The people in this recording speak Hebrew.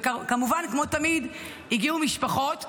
וכמובן כמו תמיד הגיעו משפחות ודיברו,